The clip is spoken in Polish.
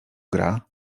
gra